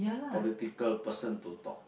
political person to talk